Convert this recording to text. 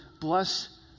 bless